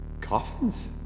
Coffins